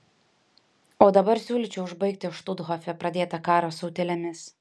o dabar siūlyčiau užbaigti štuthofe pradėtą karą su utėlėmis